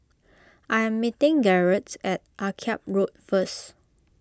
I am meeting Garett at Akyab Road first